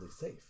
safe